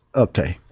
okay.